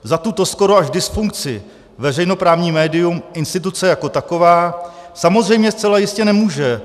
Za tuto skoro až dysfunkci veřejnoprávní médium, instituce jako taková, samozřejmě zcela jistě nemůže.